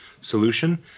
solution